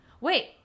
wait